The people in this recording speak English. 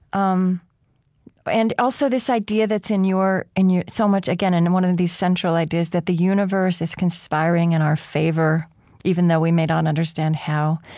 um and also this idea that's in your in your so much, again, in one of these central ideas that the universe is conspiring in our favor even though we may not understand how.